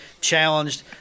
challenged